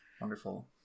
Wonderful